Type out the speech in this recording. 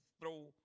throw